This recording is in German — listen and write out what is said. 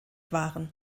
waren